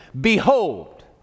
Behold